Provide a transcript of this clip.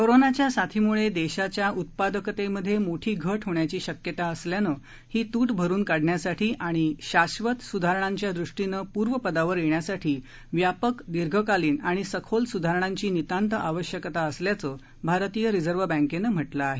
कोरोनाच्या साथीमुळे देशाच्या उत्पादकतेमध्ये मोठी घट होण्याची शक्यता असल्यान ही तूट भरून काढण्यासाठी आणि शाधत सुधारणांच्या दृष्टीनं पूर्वपदावर येण्यासाठी व्यापक दीर्घकालीन आणि सखोल सुधारणांची नितांत आवश्यकता असल्याचं भारतीय रिझर्व बँकेन म्हटलं आहे